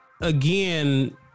Again